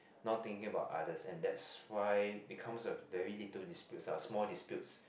now thinking about others and that's why becomes a very little dispute ah small dispute